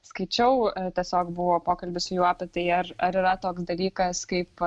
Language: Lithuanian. skaičiau tiesiog buvo pokalbis su juo apie tai ar ar yra toks dalykas kaip